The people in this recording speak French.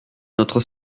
notre